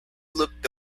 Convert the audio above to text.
looked